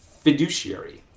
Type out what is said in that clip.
fiduciary